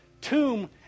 tomb